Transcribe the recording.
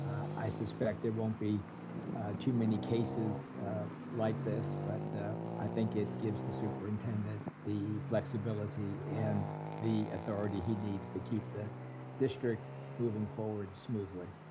i suspect there won't be too many cases like this but i think it gives the superintendent the flexibility and the authority he needs to keep the district moving forward smoothly.